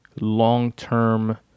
long-term